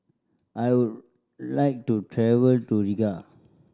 I'll like to travel to Riga